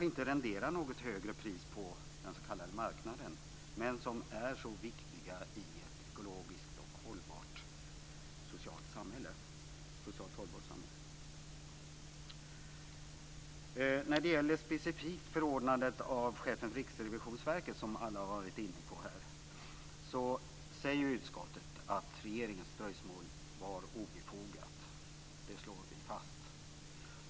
De renderar kanske inte något högre pris på den s.k. marknaden men är viktiga i ett ekologiskt och socialt hållbart samhälle. När det gäller specifikt förordnandet av chefen för Riksrevisionsverket som alla har varit inne på här säger utskottet att regeringens dröjsmål var obefogat. Det slår vi fast.